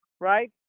right